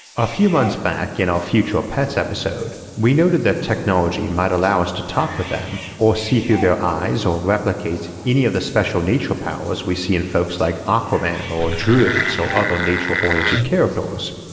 a few months back in our future pets episode we noted that technology might allow us to talk with them or see through their eyes or replicate any of the special nature powers we see in folks like aquaman or druids or so other nature-oriented characters.